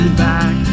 back